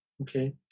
Okay